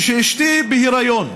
כשאשתי בהיריון,